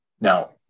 Now